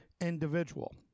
individual